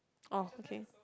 oh okay